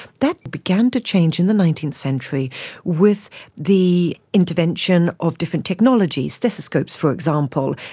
that began to change in the nineteenth century with the intervention of different technologies, stethoscopes for example,